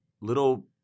little